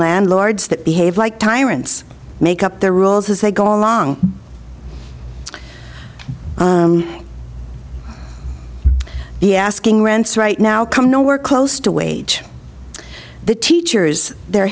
landlords that behave like tyrants make up the rules as they go along the asking rents right now come nowhere close to wage the teachers their